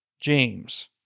James